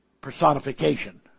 personification